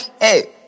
Hey